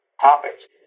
topics